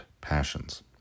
passions